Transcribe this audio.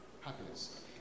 happiness